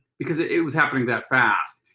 because it was happening that fast.